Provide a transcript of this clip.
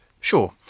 Sure